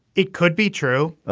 it could be true.